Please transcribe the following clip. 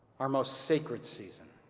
our most sacred season,